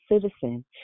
citizen